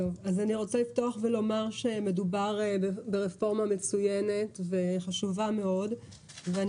אז אני רוצה לפתוח ולומר שמדובר ברפורמה מצוינת וחשובה מאוד ואני